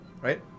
right